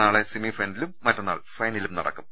നാളെ സെമിഫൈനലും മറ്റന്നാൾ ഫൈനലും നടക്കും